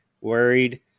worried